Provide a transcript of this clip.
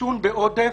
דישון בעודף,